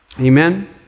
Amen